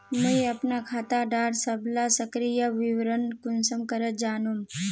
मुई अपना खाता डार सबला सक्रिय विवरण कुंसम करे जानुम?